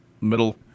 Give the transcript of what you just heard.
middle